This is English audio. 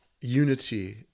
unity